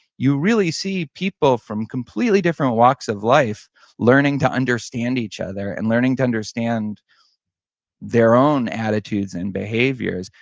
you really see people from completely different walks of life learning to understand each other, and learning to understand their own attitudes and behaviors,